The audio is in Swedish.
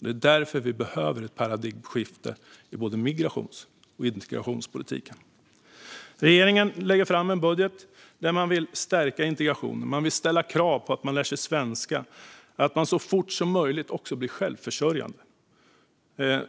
Det är därför vi behöver ett paradigmskifte i både migrations och integrationspolitiken. Regeringen lägger fram en budget där man vill stärka integrationen. Man vill ställa krav på att de som flyttar hit ska lära sig svenska och att de så fort som möjligt också blir självförsörjande.